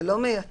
זה לא מייתר,